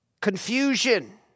confusion